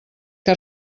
que